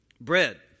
Bread